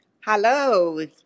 hello